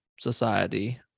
society